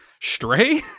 Stray